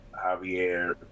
Javier